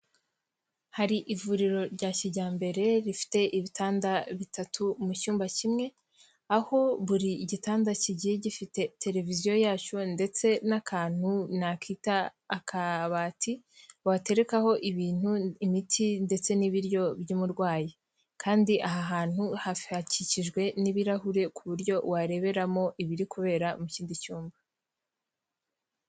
Hari ivuriro rya kijyambere rifite ibitanda bitatu mu cyumba kimwe, aho buri gitanda kigiye gifite televiziyo yacyo ndetse n'akantu nakwita akabati waterekaho ibintu, imiti ndetse n'ibiryo by'umurwayi. Kandi aha hantu hakikijwe n'ibirahure ku buryo wareberamo ibiri kubera mu kindi cyumba.